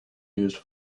used